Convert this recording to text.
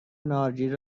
نارگیل